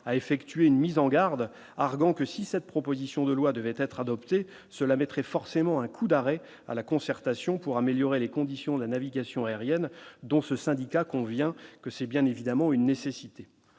a effectué une mise en garde, arguant que si cette proposition de loi devait être adopté, cela mettrait forcément un coup d'arrêt à la concertation pour améliorer les conditions de la navigation aérienne dont ce syndicat convient que c'est bien évidemment une nécessité